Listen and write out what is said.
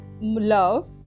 love